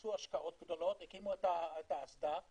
עשו השקעות גדולות, הקימו את האסדה וכו'.